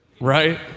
right